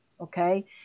Okay